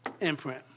imprint